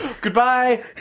Goodbye